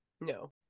No